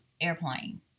airplane